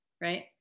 right